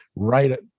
right